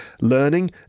learning